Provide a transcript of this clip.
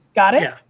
got it? yeah.